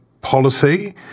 policy